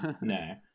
No